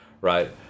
right